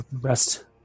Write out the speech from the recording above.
rest